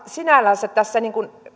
sinällänsä tässä